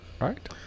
Right